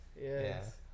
Yes